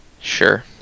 Sure